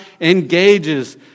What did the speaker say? engages